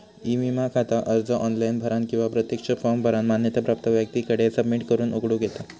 E विमा खाता अर्ज ऑनलाइन भरानं किंवा प्रत्यक्ष फॉर्म भरानं मान्यता प्राप्त व्यक्तीकडे सबमिट करून उघडूक येता